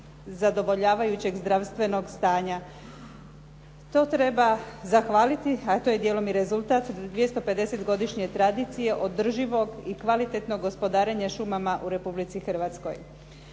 zadovoljavajućeg zdravstvenog stanja. To treba zahvaliti a to je djelom i rezultat 250-godišnje tradicije održivog i kvalitetnog gospodarenja šumama u Republici Hrvatskoj.